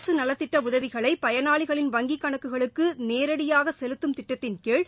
அரசு நலத்திட்ட உதவிகளை பயனாளிகளின் வங்கி கணக்குகளுக்கு நேரடியாக செலுத்தும் திட்டத்தின் கீழ்